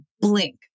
blink